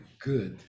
good